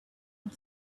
and